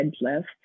left